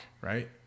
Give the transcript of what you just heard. right